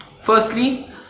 Firstly